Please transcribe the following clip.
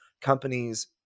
companies